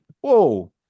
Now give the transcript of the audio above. whoa